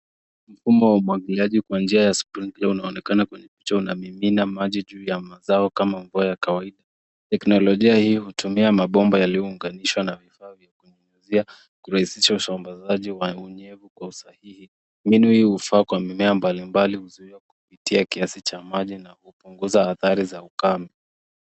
Mfumo wa umwagiliaji kwa njia ya sprinkler unaonekana kwenye mchoro inamimina maji juu ya mimea kama mvua ya kawaida. Teknolojia hii hutumia mabomba yaliyounganishwa na vifaa vya kunyunyizia kurahisisha usambazaji wa unyevu kwa usahihi. Mbinu hii hufaa kwa mimea mbalimbali huzuia kupitia kiasi cha maji na hupunguza athari za ukame.